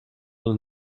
een